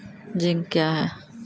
Zinc क्या हैं?